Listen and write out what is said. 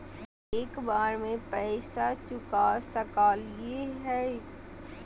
एक बार में पैसा चुका सकालिए है?